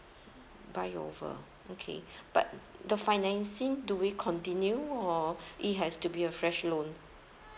buy over okay but the financing do we continue or it has to be a fresh loan